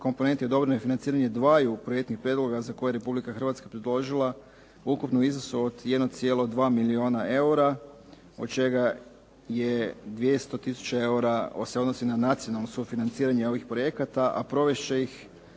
komponenti odobreno je financiranje dvaju projektnih prijedloga za koje je Republika Hrvatska predložila ukupno u iznosu od 1,2 milijuna eura, od čega se 200 tisuća eura odnosi na nacionalno sufinanciranje ovih projekata, a provest će ih